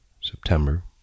September